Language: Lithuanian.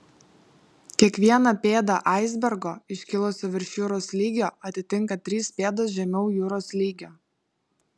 kiekvieną pėdą aisbergo iškilusio virš jūros lygio atitinka trys pėdos žemiau jūros lygio